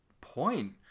Point